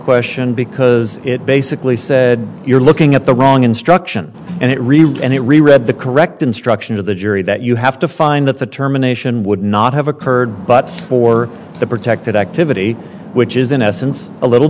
question because it basically said you're looking at the wrong instruction and it read and it really read the correct instruction to the jury that you have to find that the term anation would not have occurred but for the protected activity which is in essence a little